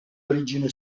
origine